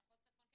במחוז צפון,